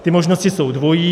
Ty možnosti jsou dvojí.